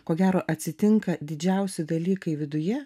ko gero atsitinka didžiausi dalykai viduje